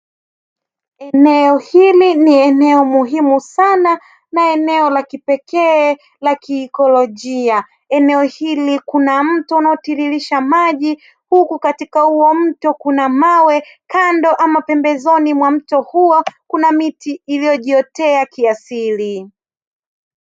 Eneo hili ni eneo muhimu sana na eneo la kipekee la kiikolojia. Eneo hili kuna mto unaotiririsha maji huku katika huo mto kuna mawe, kando ama pembezoni mwa mto huo kuna miti iliyojiotea kiasili.